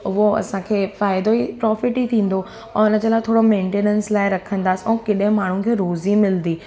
उहो असांखे फ़ाइदो ई प्रोफिट ई थींदो ऐं हुन जे अलावा थोरो मेनटेनेंस लाइ रखंदासीं ऐं केॾे माण्हुनि खे रोज़ी मिलंदी